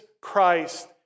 Christ